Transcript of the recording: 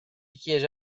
chiese